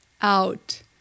out